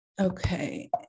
Okay